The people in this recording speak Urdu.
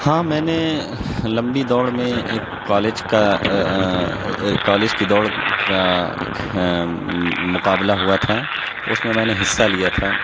ہاں میں نے لمبی دوڑ میں ایک کالج کا کالج کے دوڑ کا ایک مقابلہ ہوا تھا تو اس میں میں نے حصہ لیا تھا